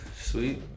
Sweet